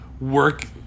work